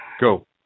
Go